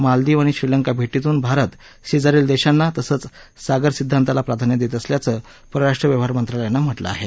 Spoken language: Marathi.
मालदीव आणि श्रीलंका भे भारत शेजारील देशांना तसंच सागर सिद्धांताला प्राधान्य देत असल्याचं परराष्ट्र व्यवहार मंत्रालयानं म्हात्रिं आहे